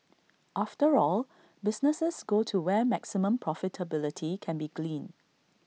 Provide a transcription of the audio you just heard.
after all businesses go to where maximum profitability can be gleaned